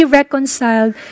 reconciled